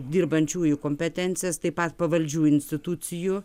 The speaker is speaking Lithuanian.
dirbančiųjų kompetencijas taip pat pavaldžių institucijų